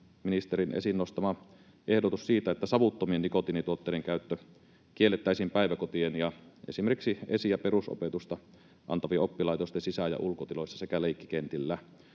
ministerin esiin nostama ehdotus siitä, että savuttomien nikotiinituotteiden käyttö kiellettäisiin päiväkotien ja esimerkiksi esi- ja perusopetusta antavien oppilaitosten sisä- ja ulkotiloissa sekä leikkikentillä.